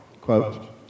quote